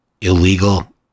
illegal